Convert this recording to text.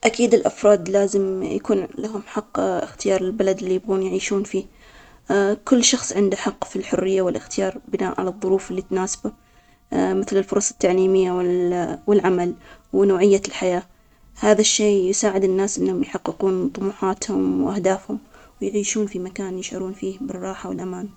نعم الأفراد لازم يملكون حق اختيار البلد يعيشون فيه, هذا حق أساسي يعكس الحرية الشخصية ويعطيهم فرصة يحققون بها أحلامهم, كل واحد له ظروفه وأهدافه ولازم يقدر يختار المكان اللي يناسبه, والتنوع الثقافي يثري المجتمعات, ويساعد تبادل الأفكار والخبرات.